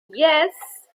yes